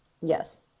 Yes